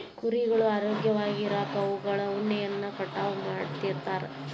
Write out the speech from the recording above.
ಕುರಿಗಳು ಆರೋಗ್ಯವಾಗಿ ಇರಾಕ ಅವುಗಳ ಉಣ್ಣೆಯನ್ನ ಕಟಾವ್ ಮಾಡ್ತಿರ್ತಾರ